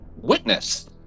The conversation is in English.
witness